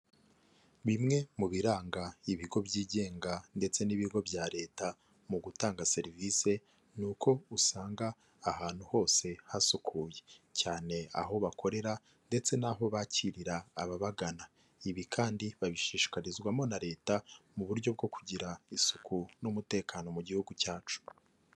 Bimwe mu biranga ibigo byigenga ndetse n'ibigo bya leta mu gutanga serivise ni uko usanga ahantu hose hasukuye cyane aho bakorera ndetse n'aho bakirira ababagana, ibi kandi babishishikarizwamo na leta mu buryo bwo kugira isuku n'umutekano mu gihugu cyacu.